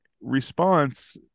response